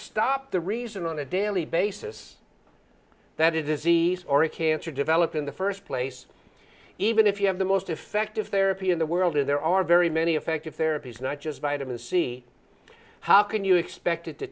stop the reason on a daily basis that it is easy or a cancer develop in the first place even if you have the most effective therapy in the world and there are very many effective therapies not just vitamin c how can you expect it to